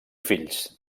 fills